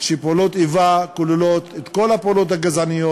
שפעולות איבה כוללות את כל הפעולות הגזעניות.